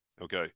Okay